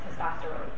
testosterone